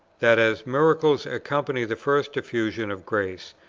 that as miracles accompanied the first effusion of grace,